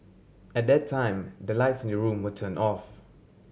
at that time the lights in the room were turned off